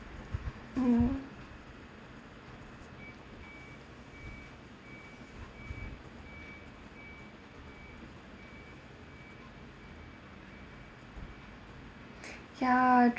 mm ya